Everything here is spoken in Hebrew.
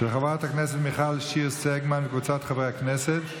של חברת הכנסת מיכל שיר סגמן וקבוצת חברי הכנסת.